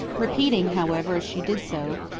repeating, however, as she did so,